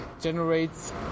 generates